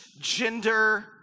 gender